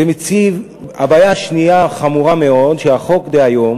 הבעיה השנייה החמורה מאוד, החוק דהיום